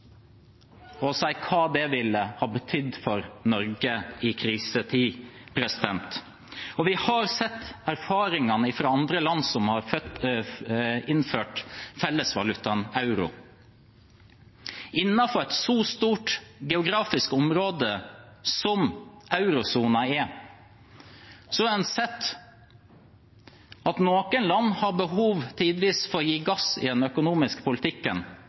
å si hva det ville ha betydd for Norge i krisetid. Vi har sett erfaringene fra andre land som har innført fellesvalutaen euro. Innenfor et så stort geografisk område som eurosonen er, har en sett at noen land tidvis har behov for å gi gass i den økonomiske politikken,